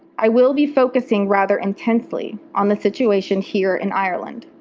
i will be focusing rather intensely on the situation here in ireland.